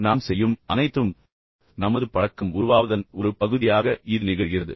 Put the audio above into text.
ஏனென்றால் நாம் செய்யும் அனைத்தும் நமது பழக்கம் உருவாவதன் ஒரு பகுதியாக இது நிகழ்கிறது